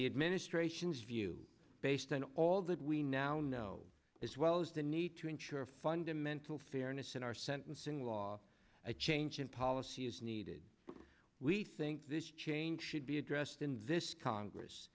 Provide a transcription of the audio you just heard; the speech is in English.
the administration's view based on all that we now know as well as the need to ensure fundamental fairness in our sentencing law a change in policy is needed we think this change should be addressed in this congress